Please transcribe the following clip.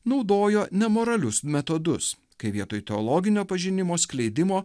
naudojo nemoralius metodus kai vietoj teologinio pažinimo skleidimo